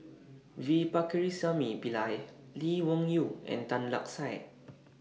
V Pakirisamy Pillai Lee Wung Yew and Tan Lark Sye